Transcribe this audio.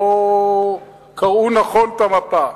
לא קראו נכון את המפה.